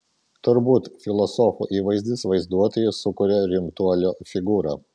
turbūt filosofų įvaizdis vaizduotėje sukuria rimtuolio figūrą